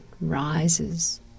rises